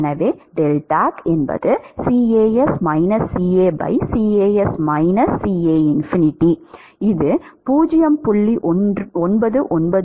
எனவே டெல்டாக் என்பது